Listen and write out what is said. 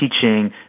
teaching